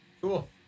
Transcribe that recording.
Cool